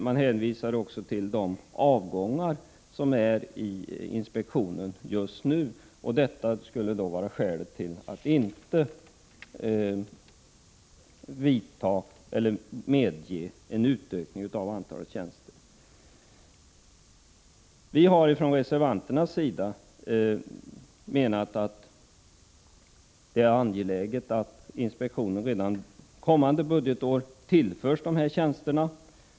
Man hänvisar också till de avgångar som förekommer vid inspektionen just nu och menar att de skulle vara skäl till att inte medge en utökning av antalet tjänster. Från reservanternas sida menar vi att det är angeläget att inspektionen redan kommande budgetår tillförs dessa tjänster.